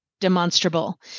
demonstrable